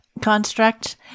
construct